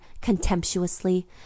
contemptuously